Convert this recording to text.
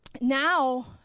now